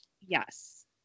Yes